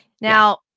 now